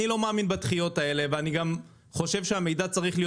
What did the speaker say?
אני לא מאמין בדחיות האלה וגם אני חושב שהמידע צריך להיות